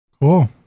Cool